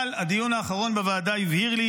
אבל הדיון האחרון בוועדה הבהיר לי